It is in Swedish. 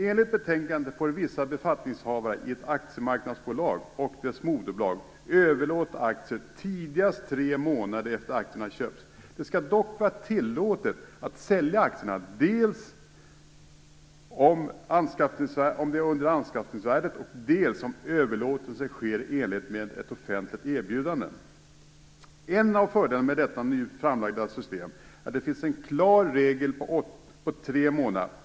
Enligt betänkandet får vissa befattningshavare i ett aktiemarknadsbolag och dess moderbolag överlåta aktier tidigast tre månader efter det att aktierna köpts. Det skall dock vara tillåtet att sälja aktierna dels om de säljs under anskaffningsvärdet, dels om överlåtelsen sker i enlighet med ett offentligt erbjudande. En av fördelarna med det nu framlagda systemet är att det finns en klar regel på tre månader.